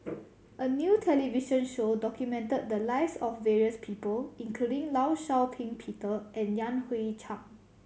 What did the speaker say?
a new television show documented the lives of various people including Law Shau Ping Peter and Yan Hui Chang